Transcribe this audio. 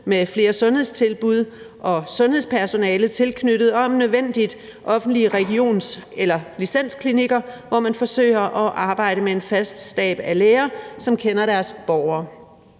med flere sundhedstilbud og sundhedspersonale tilknyttet, og om nødvendigt offentlige regions- eller licensklinikker, hvor man forsøger at arbejde med en fast stab af læger, som kender deres borgere.